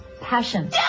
passion